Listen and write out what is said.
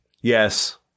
Yes